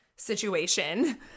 Situation